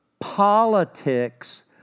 politics